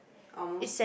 almost that